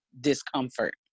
discomfort